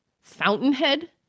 Fountainhead